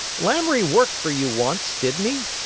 lamoury worked for you once, didn't he?